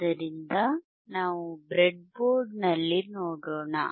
ಆದ್ದರಿಂದ ನಾವು ಬ್ರೆಡ್ಬೋರ್ಡ್ನಲ್ಲಿ ನೋಡೋಣ